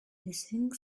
hissing